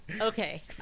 Okay